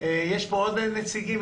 יש פה עוד נציגים?